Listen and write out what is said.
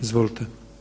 Izvolite.